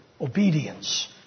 obedience